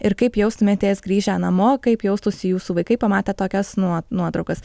ir kaip jaustumėtės grįžę namo kaip jaustųsi jūsų vaikai pamatę tokias nuot nuotraukas